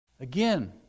Again